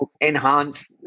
enhance